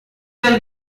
tell